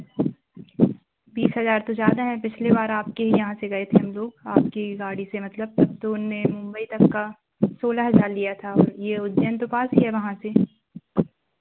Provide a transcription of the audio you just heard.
बीस हज़ार तो ज़्यादा हैं पिछली बार आपके ही यहाँ से गए थे हम लोग आपकी गाड़ी से मतलब तो उनने मुंबई तक का सोलह हज़ार लिया था और ये उज्जैन तो पास ही है वहाँ से